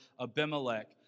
Abimelech